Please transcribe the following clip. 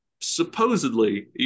supposedly